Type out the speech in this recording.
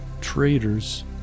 traitors